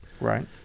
right